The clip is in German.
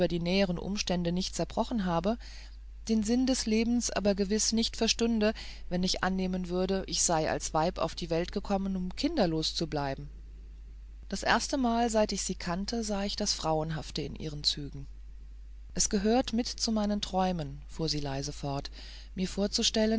die näheren umstände nicht zerbrochen habe den sinn des lebens aber gewiß nicht verstünde wenn ich annehmen würde ich sei als weib auf die welt gekommen um kinderlos zu bleiben das erste mal seit ich sie kannte sah ich das frauenhafte in ihren zügen es gehört mit zu meinen träumen fuhr sie leise fort mir vorzustellen